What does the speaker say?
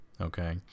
Okay